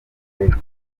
league